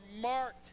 marked